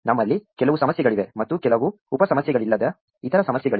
ನಮ್ಮಲ್ಲಿ ಕೆಲವು ಸಮಸ್ಯೆಗಳಿವೆ ಮತ್ತು ಕೆಲವು ಉಪ ಸಮಸ್ಯೆಗಳಿಲ್ಲದ ಇತರ ಸಮಸ್ಯೆಗಳಿವೆ